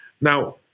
Now